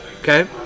okay